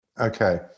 Okay